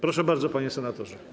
Proszę bardzo, panie senatorze.